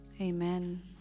Amen